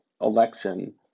election